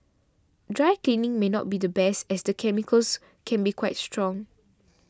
dry cleaning may not be the best as the chemicals can be quite strong